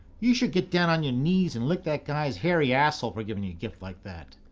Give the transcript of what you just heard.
you should get down on your knees and lick that guy's hairy asshole, for giving you a gift like that.